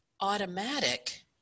automatic